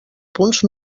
punts